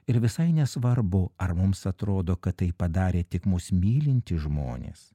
ir visai nesvarbu ar mums atrodo kad tai padarė tik mus mylintys žmonės